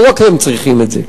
לא רק הם צריכים את זה.